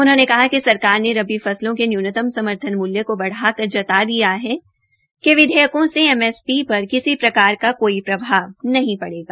उन्होंने कहा कि सरकार ने रबी फसलों के न्यूनतम समर्थन मूल्य को बढ़ाकर जता दिया है कि विधेयकों से एमएसपी पर किसी प्रकार का कोई प्रभाव नही पड़ेगा